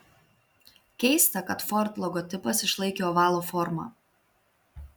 keista kad ford logotipas išlaikė ovalo formą